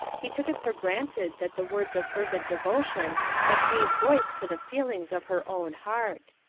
he took it for granted that the words of fervent devotion but gave voice to the feelings of her own heart.